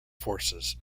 forces